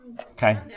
Okay